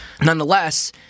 Nonetheless